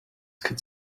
could